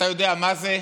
אתה יודע מה זה,